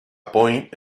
point